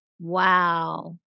Wow